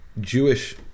Jewish